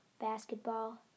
basketball